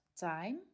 time